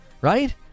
right